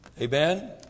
Amen